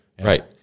right